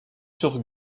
sur